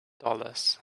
dollars